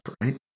right